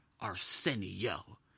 Arsenio